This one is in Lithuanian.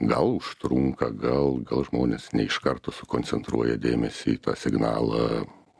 gal užtrunka gal gal žmonės ne iš karto sukoncentruoja dėmesį į tą signalą